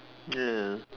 ya